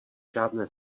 žádné